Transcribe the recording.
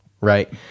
right